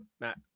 Matt